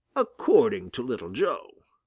according to little joe.